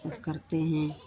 सब करते हैं